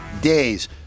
days